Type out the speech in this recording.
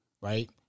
right